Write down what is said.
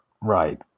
Right